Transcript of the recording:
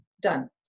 Done